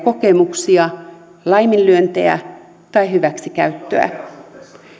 kokemuksia laiminlyöntejä tai hyväksikäyttöä